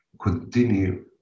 continue